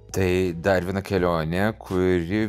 tai dar viena kelionė kuri